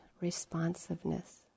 responsiveness